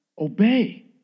Obey